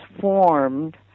formed